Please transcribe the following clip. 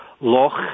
loch